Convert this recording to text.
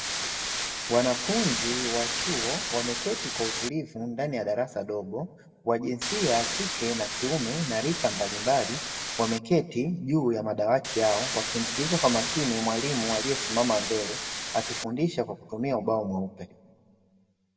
Wanafunzi wa chuo wameketi kwa utulivu ndani ya darasa dogo wa jinsia ya kike na kiume na rika mbalimbali; wameketi juu ya madawati yao wakimsikiliza kwa makini mwalimu aliyesimama mbele akifundisha kwa kutumia ubao mweupe.